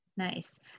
Nice